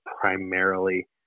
primarily